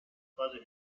fase